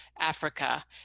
africa